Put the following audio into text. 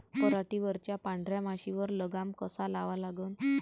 पराटीवरच्या पांढऱ्या माशीवर लगाम कसा लावा लागन?